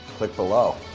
click below!